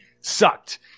sucked